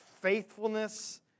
faithfulness